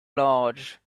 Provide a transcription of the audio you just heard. large